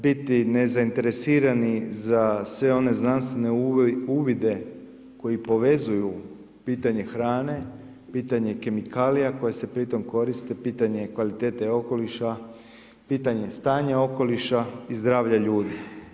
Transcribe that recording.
Biti nezainteresirani na sve one znanstvene uvide koji povezuju pitanje hrane, pitanje kemikalija koji se pri tom koriste, pitanje kvalitete okoliša, pitanje stanja okoliša i zdravlja ljudi.